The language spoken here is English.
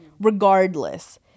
regardless